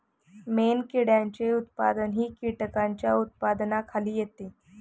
मेणकिड्यांचे उत्पादनही कीटकांच्या उत्पादनाखाली येते